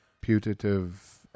putative